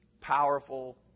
powerful